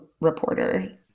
Reporter